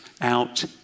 out